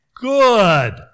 Good